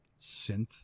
Synth